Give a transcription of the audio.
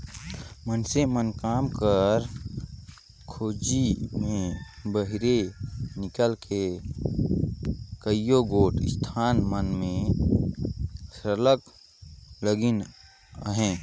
मइनसे मन काम कर खोझी में बाहिरे हिंकेल के कइयो गोट संस्था मन में सरलग लगिन अहें